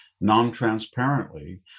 non-transparently